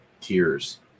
tiers